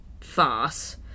farce